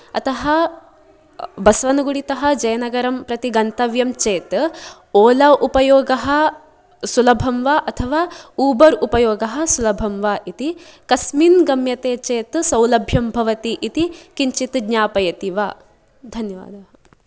अतः बसवनगुडितः जयनगरं प्रति गन्तव्यं चेत् ओला उपयोगः सुलभं वा अथवा ऊबर् उपयोगः सुलभं वा इति कस्मिन् गम्यते चेत् सौलभ्यं भवति इति किञ्चित् ज्ञापयति वा धन्यवादः